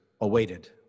awaited